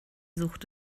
sucht